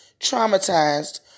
traumatized